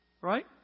Right